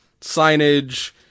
signage